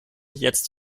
jetzt